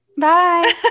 Bye